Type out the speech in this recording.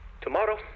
Tomorrow